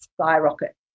skyrocket